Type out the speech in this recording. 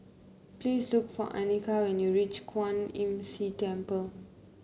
please look for Annika when you reach Kwan Imm See Temple